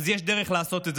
אז יש דרך לעשות את זה.